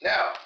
Now